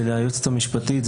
וליועצת המשפטית.